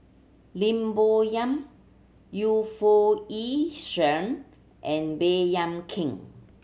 Lim Bo Yam Yu Foo Yee Shoon and Baey Yam Keng